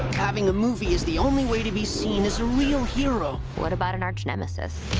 having a movie is the only way to be seen as a real hero. what about an archnemesis?